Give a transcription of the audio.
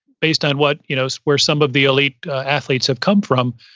based on what, you know so where some of the elite athletes have come from,